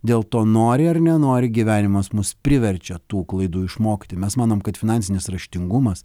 dėl to nori ar nenori gyvenimas mus priverčia tų klaidų išmokti mes manom kad finansinis raštingumas